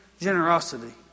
generosity